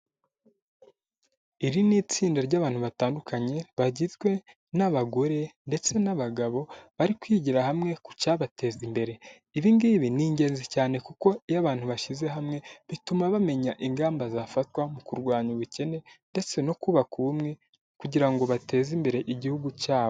Iri ni itsinda ry'abantu batandukanye bagizwe n'abagore ndetse n'abagabo bari kwigira hamwe ku cyabateza imbere. Ibi ngibi ni ingenzi cyane kuko iyo abantu bashyize hamwe bituma bamenya ingamba zafatwa mu kurwanya ubukene ndetse no kubaka ubumwe kugira ngo bateze imbere Igihugu cyabo.